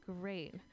great